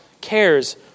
cares